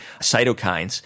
cytokines